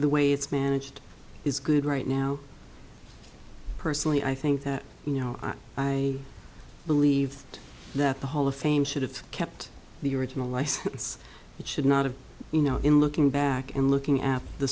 the way it's managed is good right now personally i think that you know i believe that the hall of fame should have kept the original license which should not have you know in looking back and looking at the